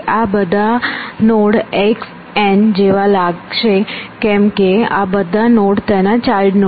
આ બધા node x n જેવા લાગશે કેમ કે આ બધા નોડ તેના ચાઈલ્ડ નોડ છે